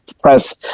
press